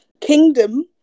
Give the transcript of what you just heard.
Kingdom